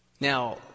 Now